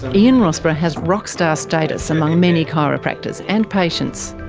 ian rossborough has rockstar status among many chiropractors and patients.